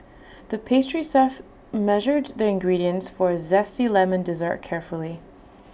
the pastry chef measured the ingredients for A Zesty Lemon Dessert carefully